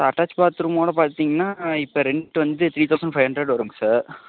sir attach பாத்ரூமோட பார்த்திங்னா இப்போ ரெண்ட் வந்து த்ரீ தௌசண்ட் ஃபைவ் ஹண்ட்ரட் வரும்ங்க சார்